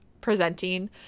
presenting